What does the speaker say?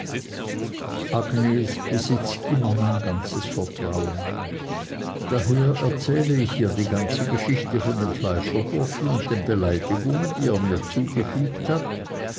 agnes besitzt immer mein ganzes vertrauen daher erzähle ich ihr die ganze geschichte von dem fleischerburschen und den beleidigungen die er mir zugefügt hat